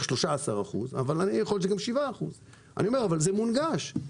13% אבל יכול להיות שזה גם 7%. אבל זה מונגש,